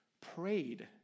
prayed